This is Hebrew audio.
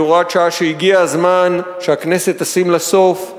והיא הוראת שעה שהגיע הזמן שהכנסת תשים לה סוף,